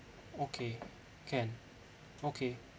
okay can okay